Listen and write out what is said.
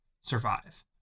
survive